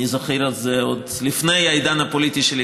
אני זוכר את זה עוד לפני העידן הפוליטי שלי,